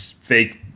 fake